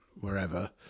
wherever